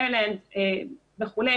מרילנד וכולי,